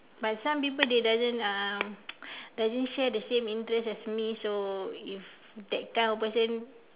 but some people they doesn't uh doesn't share the same interest as me so if that kind of person